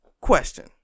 Question